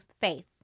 Faith